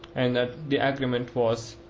and that the agreement was,